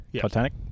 Titanic